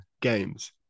games